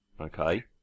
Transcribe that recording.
Okay